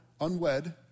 unwed